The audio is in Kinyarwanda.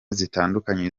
zitandukanye